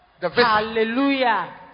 Hallelujah